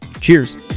Cheers